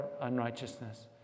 unrighteousness